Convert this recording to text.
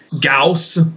Gauss